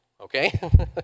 Okay